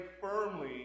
firmly